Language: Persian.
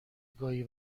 گاهی